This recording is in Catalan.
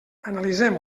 analitzem